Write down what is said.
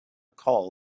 call